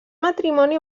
matrimoni